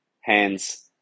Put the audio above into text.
Hands